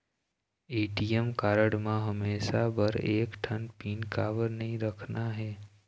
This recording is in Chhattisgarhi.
ए.टी.एम कारड म हमेशा बर एक ठन पिन काबर नई रखना हे?